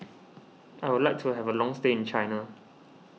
I would like to have a long stay in China